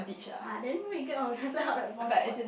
ah then where you get all the bond for what